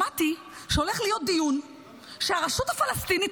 שמעתי שהולך להיות דיון שהרשות הפלסטינית,